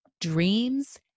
dreams